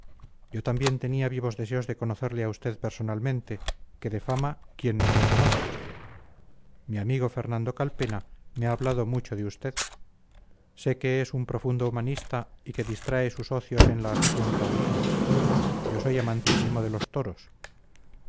yo también tenía vivos deseos de conocerle a usted personalmente que de fama quién no le conoce mi amigo fernando calpena me ha hablado mucho de usted sé que es un profundo humanista y que distrae sus ocios en la afición taurina yo soy amantísimo de los toros